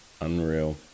Unreal